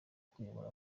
kuyobora